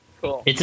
Cool